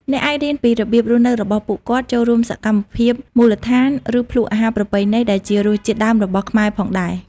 អ្នកអាចរៀនពីរបៀបរស់នៅរបស់ពួកគាត់ ចូលរួមសកម្មភាពមូលដ្ឋាន ឬភ្លក្សអាហារប្រពៃណីដែលជារសជាតិដើមរបស់ខ្មែរផងដែរ។